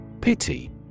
Pity